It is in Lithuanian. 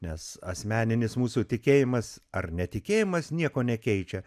nes asmeninis mūsų tikėjimas ar netikėjimas nieko nekeičia